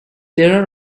there